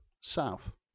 South